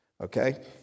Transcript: Okay